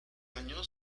año